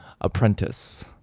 apprentice